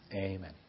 amen